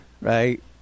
right